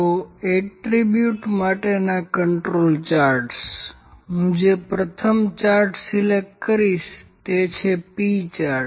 તેથી એટ્રિબ્યુટ્સ માટેના control charts હું જે પ્રથમ ચાર્ટ સિલેક્ટ કરીશ તે છે પી ચાર્ટ